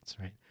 right